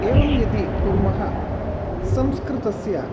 एवं यदि कुर्मः संस्कृतस्य